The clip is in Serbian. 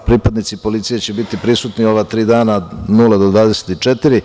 Pripadnici policije će biti prisutni ova tri dana od nula do 24.